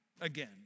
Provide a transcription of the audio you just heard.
again